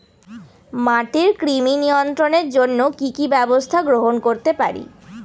মাটির কৃমি নিয়ন্ত্রণের জন্য কি কি ব্যবস্থা গ্রহণ করতে পারি?